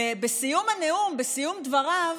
בסיום הנאום, בסיום דבריו,